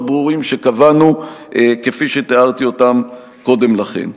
ברורים שקבענו כפי שתיארתי אותם קודם לכן.